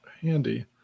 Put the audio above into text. handy